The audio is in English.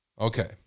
Okay